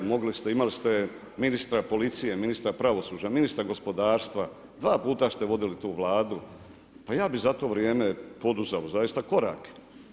Imali ste ministra policije, ministra pravosuđa, ministra gospodarstva, dva puta ste vodili tu vladu, pa ja bi za to vrijeme poduzeo zaista korake.